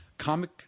comic